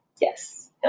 Yes